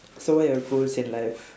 so what are your goals in life